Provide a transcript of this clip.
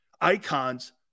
icons